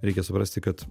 reikia suprasti kad